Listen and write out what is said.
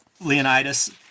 Leonidas